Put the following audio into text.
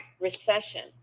Recession